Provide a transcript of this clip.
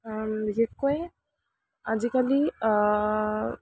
বিশেষকৈ আজিকালি